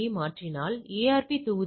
உங்களுக்கு புரிகிறதா